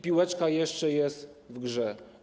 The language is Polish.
Piłeczka jeszcze jest w grze.